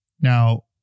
Now